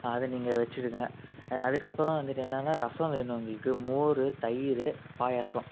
அது நீங்கள் வச்சுருங்க அதுக்கப்புறம் வந்துட்டு என்னன்னா ரசம் வேணும் எங்களுக்கு மோர் தயிர் பாயாசம்